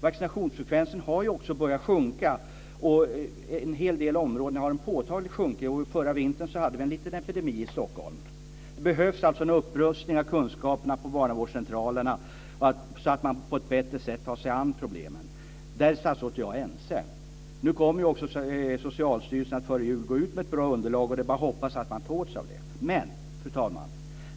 Vaccinationsfrekvensen har också börjat sjunka. I en hel del områden har den sjunkit påtagligt. Förra vintern hade vi en liten epidemi i Stockholm. Det behövs alltså en upprustning av kunskaperna på barnavårdscentralerna, så att man på ett bättre sätt tar sig an problemen. Där är statsrådet och jag ense. Socialstyrelsen kommer också att före jul gå ut med ett bra underlag, och det är bara att hoppas att man tar åt sig av det. Fru talman!